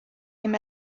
him